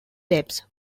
depths